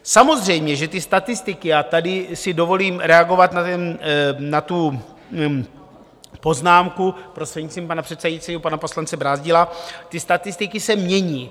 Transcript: Samozřejmě, že ty statistiky, a tady si dovolím reagovat na tu poznámku, prostřednictvím pana předsedajícího, pana poslance Brázdila ty statistiky se mění.